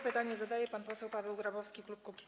Pytanie zada pan poseł Paweł Grabowski, klub Kukiz’15.